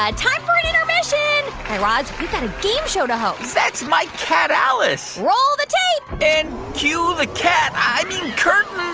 ah time for an intermission. guy raz, we've got a game show to host that's my cat alice roll the tape and cue the cat i mean curtain.